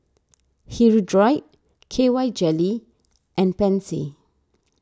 Hirudoid K Y jelly and Pansy